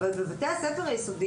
לבין מנהל בית ספר יסודי.